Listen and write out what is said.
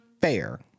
fair